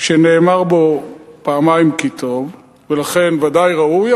שנאמר בו פעמיים "כי טוב" ולכן ודאי ראוי,